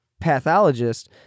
pathologist